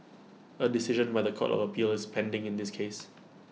A decision by The Court of appeal is pending in this case